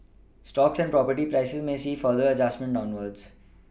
stocks and property prices may see further adjustments downwards